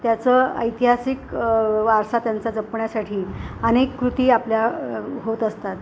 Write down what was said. त्याचं ऐतिहासिक वारसा त्यांचा जपण्यासाठी अनेक कृती आपल्या होत असतात